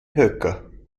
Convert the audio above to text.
höcker